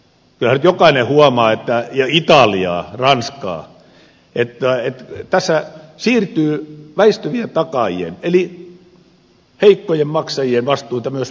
kyllähän nyt jokainen huomaa että tässä siirtyy väistyvien takaajien eli heikkojen maksajien vastuita myös meille